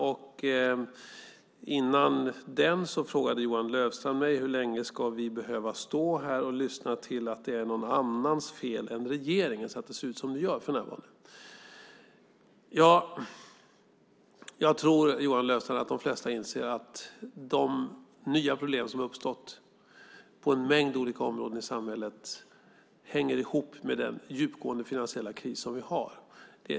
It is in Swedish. Före pausen frågade Johan Löfstrand mig: Hur länge ska vi behöva stå här och lyssna till att det är någon annans fel än regeringens att det ser ut som det gör för närvarande? Jag tror, Johan Löfstrand, att de flesta inser att de nya problem som har uppstått på en mängd olika områden i samhället hänger ihop med den djupgående finansiella kris som vi har.